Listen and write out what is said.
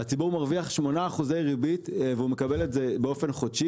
הציבור מרוויח 8% ריבית והוא מקבל את זה באופן חודשי.